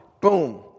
boom